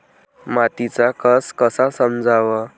मातीचा कस कसा समजाव?